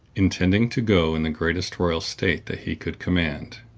intending to go in the greatest royal state that he could command.